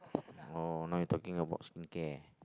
oh now you talking about skincare